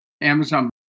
Amazon